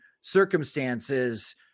circumstances